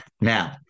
Now